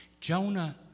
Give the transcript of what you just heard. Jonah